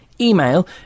email